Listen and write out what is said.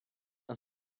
een